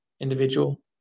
individual